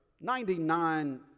ninety-nine